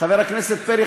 חבר הכנסת פרי,